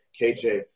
KJ